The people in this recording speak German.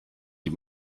die